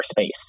space